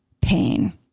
pain